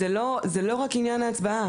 אבל זה לא המנדט של הוועדה.